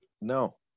No